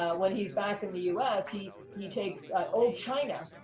when he's back in the us, he he takes old china,